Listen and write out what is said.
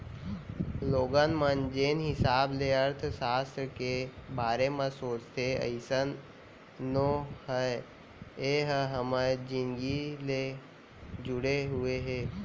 लोगन मन जेन हिसाब ले अर्थसास्त्र के बारे म सोचथे अइसन नो हय ए ह हमर जिनगी ले जुड़े हुए हे